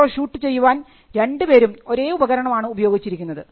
photo shoot ചെയ്യുവാൻ രണ്ടുപേരും ഒരേ ഉപകരണമാണ് ഉപയോഗിച്ചിരിക്കുന്നത്